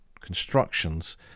constructions